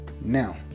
Now